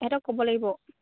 সিহঁতক ক'ব লাগিব